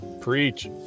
Preach